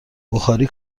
بخاری